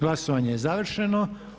Glasovanje je završeno.